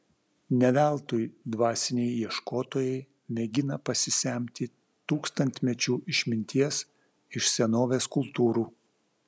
ne veltui dvasiniai ieškotojai mėgina pasisemti tūkstantmečių išminties iš senovės kultūrų